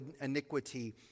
iniquity